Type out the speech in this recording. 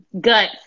Guts